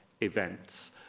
events